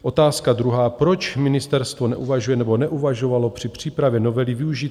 Otázka druhá, proč ministerstvo neuvažuje nebo neuvažovalo při přípravě novely využít